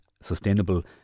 sustainable